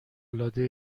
العاده